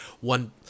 one